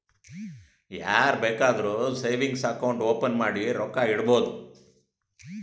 ಯಾರ್ ಬೇಕಾದ್ರೂ savings account open ಮಾಡಿ ರೊಕ್ಕಾ ಇಡ್ಬೋದು